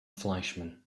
fleischmann